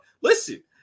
listen